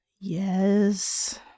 Yes